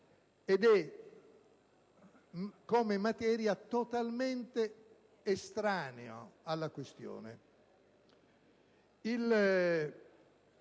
una materia totalmente estranea alla questione.